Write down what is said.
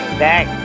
back